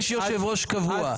יש יושב-ראש קבוע.